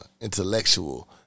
intellectual